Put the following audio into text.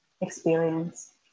experience